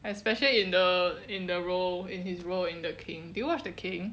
especially in the in the role in his role in the king do you watch the king